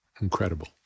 incredible